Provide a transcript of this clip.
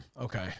Okay